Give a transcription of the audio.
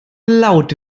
laut